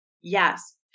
Yes